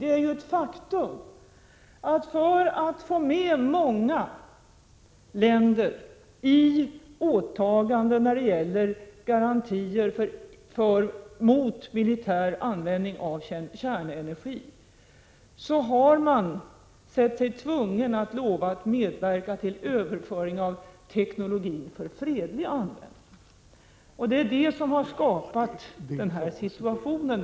Det är ett faktum att för att få med många länder på åtaganden när det gäller garantier mot militär användning av kärnenergi, har man sett sig tvungen att lova att medverka i överföring av teknologi för fredlig användning. Detta har skapat den här situationen.